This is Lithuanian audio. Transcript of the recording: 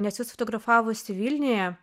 nes jos fotografavosi vilniuje